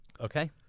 Okay